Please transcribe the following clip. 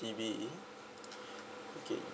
D B okay